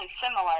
similar